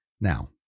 Now